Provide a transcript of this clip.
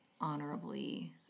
honorably